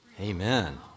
amen